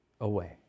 away